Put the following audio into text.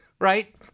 right